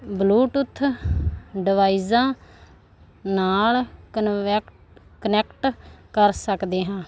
Bluetooth ਡਿਵਾਈਸਾਂ ਨਾਲ ਕਨਵੈਂਟ ਕਨੈਕਟ ਕਰ ਸਕਦੇ ਹਾਂ